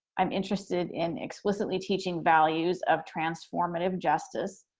i'm interested in explicitly teaching values of transformative justice,